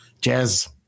Jazz